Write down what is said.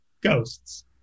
ghosts